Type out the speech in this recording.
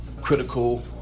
critical